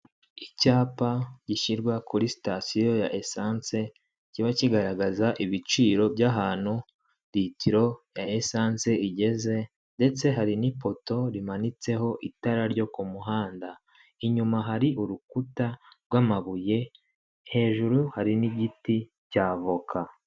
Icyapa gishyirwa kuri sitasiyo ya esanse kiba kigaragaza ibiciro by'ahantu ritiro ya esanse igeze ndetse hari n'ipoto rimanitseho itara ryo ku ku muhanda, inyuma hari urukuta rw'amabuye, hejuru hari n'igiti cy'avoka.